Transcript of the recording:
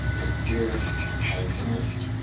the dearest, handsomest,